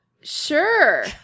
Sure